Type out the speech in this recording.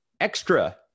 extra